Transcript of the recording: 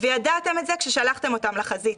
וידעתם את זה כששלחתם אותם לחזית.